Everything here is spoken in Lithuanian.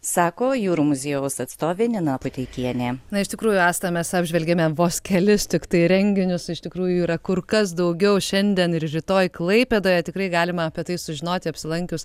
sako jūrų muziejaus atstovė nina puteikienė na iš tikrųjų asta mes apžvelgėme vos kelis tiktai renginius iš tikrųjų jų yra kur kas daugiau šiandien ir rytoj klaipėdoje tikrai galima apie tai sužinoti apsilankius